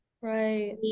Right